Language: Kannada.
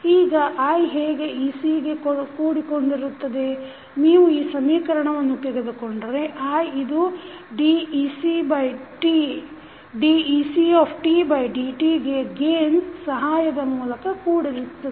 ಈಗ i ಹೇಗೆ ecಗೆ ಕೂಡಿಕೊಂಡಿರುತ್ತದೆ ನೀವು ಈ ಸಮೀಕರಣವನ್ನು ತೆಗೆದುಕೊಂಡರೆ i ಇದು decdtಗೆ ಗೇನ್ ಸಹಾಯದ ಮೂಲಕ ಕೂಡಿರುತ್ತದೆ